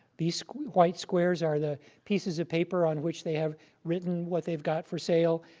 these white squares are the pieces of paper on which they have written what they've got for sale.